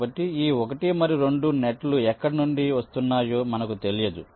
కాబట్టి ఈ 1 మరియు 2 నెట్ లు ఎక్కడి నుండి వస్తున్నాయో మనకు తెలియదు